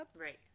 Right